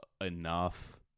enough